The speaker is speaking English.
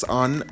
on